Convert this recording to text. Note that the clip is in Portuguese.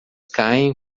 caem